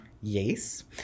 yes